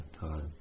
time